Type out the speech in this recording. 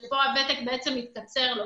כאן הוותק מתקצר לו